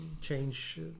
change